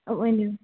ؤنِو